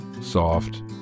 soft